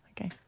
okay